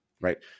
right